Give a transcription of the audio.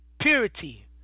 purity